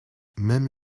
même